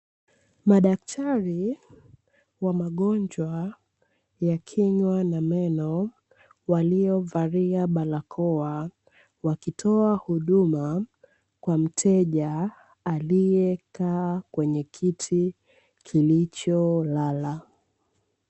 Madaktari wa magonjwa ya kinywa na meno, waliovalia barakoa wakitoa huduma kwa mteja aliekaa kwenye kiti kilicholala.